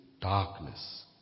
darkness